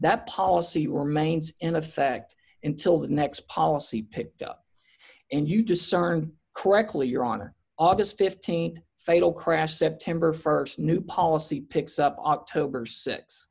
that policy remains in effect until the next policy picked up and you discern correctly your honor august th fatal crash september st new policy picks up october six